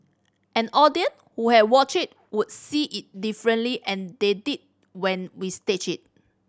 an audience who had watched it would see it differently and they did when we staged it